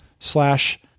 slash